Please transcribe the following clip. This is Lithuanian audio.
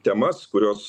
temas kurios